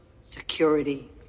security